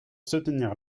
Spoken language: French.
soutenir